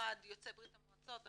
אחד יוצא ברית המועצות,